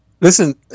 Listen